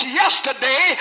yesterday